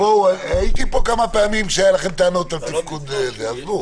הייתי פה כמה פעמים כשהיו לכם טענות על תפקוד --- עזבו,